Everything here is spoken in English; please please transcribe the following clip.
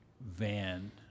van